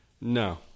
No